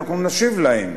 ואנחנו נשיב עליהם,